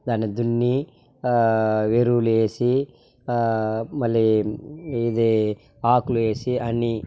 దాన్ని దున్ని ఎరువులేసి మళ్లీ ఇది ఆకులు వేసి అన్ని